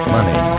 Money